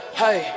hey